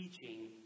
teaching